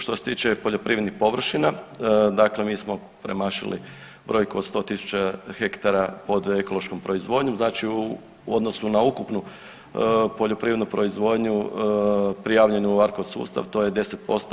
Što se tiče poljoprivrednih površina dakle mi smo premašili brojku od 100 tisuća hektara pod ekološkom proizvodnjom znači u odnosu na ukupnu poljoprivrednu proizvodnju prijavljeno u ARKOD sustav to je 10%